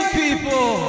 people